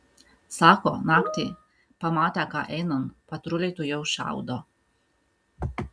sako naktį pamatę ką einant patruliai tuojau šaudo